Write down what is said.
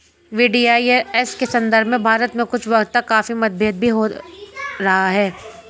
VDIS के संदर्भ में भारत में कुछ वक्त तक काफी मतभेद भी रहा है